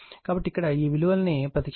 కాబట్టి ఇక్కడ ఈ విలువలను ప్రతిక్షేపించండి